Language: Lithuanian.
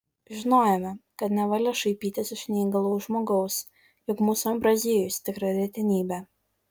žinojome kad nevalia šaipytis iš neįgalaus žmogaus juk mūsų ambraziejus tikra retenybė